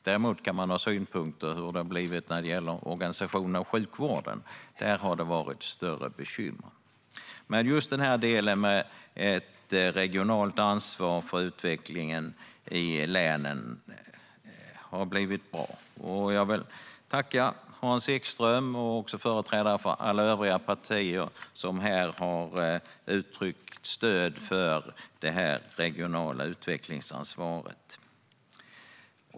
Däremot kan man ha synpunkter på hur det har blivit när det gäller organisationen av sjukvården. Här har det varit större bekymmer. Men just delen med ett regionalt ansvar för utvecklingen i länen har blivit bra. Jag vill tacka Hans Ekström och även företrädare för alla övriga partier som här har uttryckt stöd för det regionala utvecklingsansvaret.